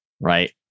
right